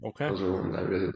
Okay